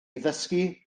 ddysgu